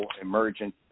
emergent